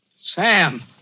Sam